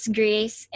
grace